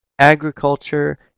agriculture